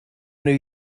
new